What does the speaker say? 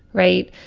right.